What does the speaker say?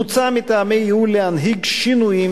מוצע מטעמי ייעול להנהיג שינויים